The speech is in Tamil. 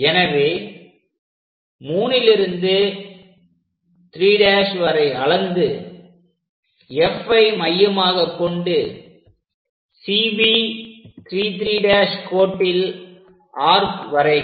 எனவே 3லிருந்து 3' வரை அளந்து F ஐ மையமாகக்கொண்டு CB 33' கோட்டில் ஆர்க் வரைக